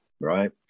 right